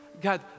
God